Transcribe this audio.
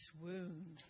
swooned